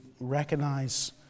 recognize